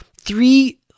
three